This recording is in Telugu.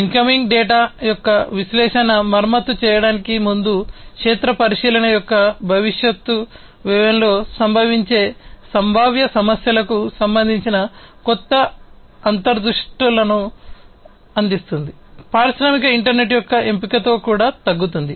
ఇన్కమింగ్ డేటా యొక్క విశ్లేషణ మరమ్మత్తు చేయడానికి ముందు క్షేత్ర పరిశీలన యొక్క భవిష్యత్తు వ్యయంలో సంభవించే సంభావ్య అందిస్తుంది పారిశ్రామిక ఇంటర్నెట్ యొక్క ఎంపికతో కూడా తగ్గుతుంది